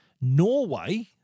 Norway